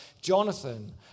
Jonathan